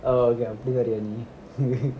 அவ்ளோ தான் அப்டி வரியா நீ:avl thaan apdi variya nee